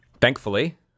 Thankfully